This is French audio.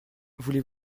voulez